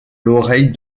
l’oreille